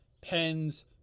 pens